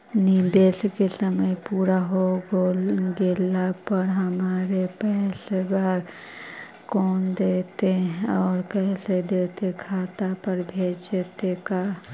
निवेश के समय पुरा हो गेला पर हमर पैसबा कोन देतै और कैसे देतै खाता पर भेजतै का?